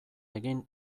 egin